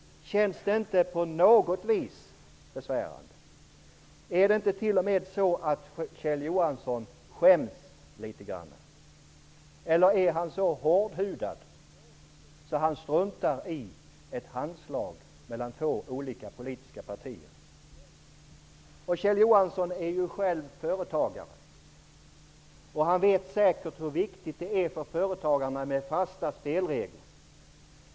Känns det inte på något vis besvärande? Är det inte t.o.m. så att Kjell Johansson skäms litet grand, eller är han så hårdhudad att han struntar i ett handslag mellan två olika politiska partier? Kjell Johansson är själv företagare. Han vet säkert hur viktigt det är för företagarna med fasta spelregler.